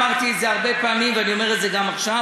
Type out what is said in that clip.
אמרתי את זה הרבה פעמים ואני אומר את זה גם עכשיו,